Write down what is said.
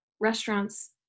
restaurants